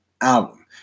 album